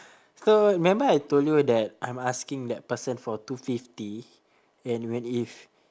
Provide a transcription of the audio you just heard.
so remember I told you that I'm asking that person for two fifty and when if